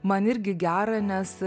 man irgi gera nes